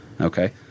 Okay